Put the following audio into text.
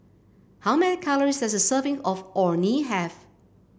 how many calories does a serving of Orh Nee have